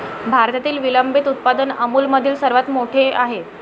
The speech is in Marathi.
भारतातील विलंबित उत्पादन अमूलमधील सर्वात मोठे आहे